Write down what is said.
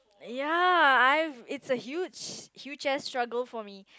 ya I have it's a huge huge ass struggle for me